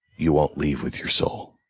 you won't leave with your soul.